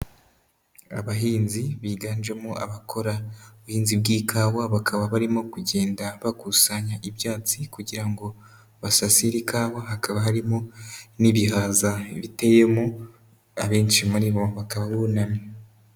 Abahinzi biganjemo abakora ubuhinzi bw'ikawa bakaba barimo kugenda bakusanya ibyatsi kugira ngo basasire ikawa, hakaba harimo n'ibihaza biteyemo, abenshi muri bo bakaba bunamye.